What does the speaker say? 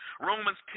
Romans